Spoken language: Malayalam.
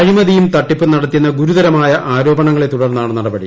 അഴിമതിയും തട്ടിപ്പും നടത്തിയെന്ന ഗുരുതരമായ ആരോപണങ്ങളെ തുടർന്നാണ് നടപടി